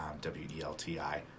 W-E-L-T-I